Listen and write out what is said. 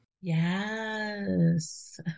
Yes